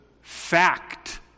fact